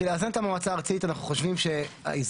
בשביל לאזן את המועצה הארצית אנחנו חושבים שהאיזון,